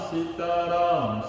Sitaram